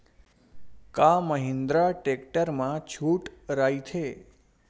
का महिंद्रा टेक्टर मा छुट राइथे?